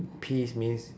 peeves means